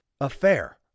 affair